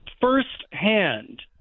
firsthand